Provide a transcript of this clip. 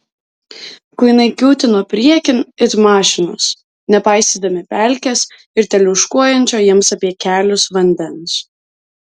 kuinai kiūtino priekin it mašinos nepaisydami pelkės ir teliūškuojančio jiems apie kelius vandens